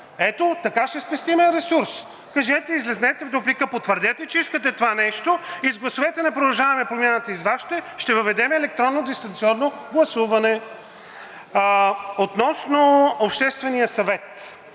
Ето, така ще спестим ресурс! Кажете, излезте в дуплика, потвърдете, че искате това нещо – и с гласовете на „Продължаваме Промяната“, и с Вашите, ще въведем електронно дистанционно гласуване. Относно Обществения съвет.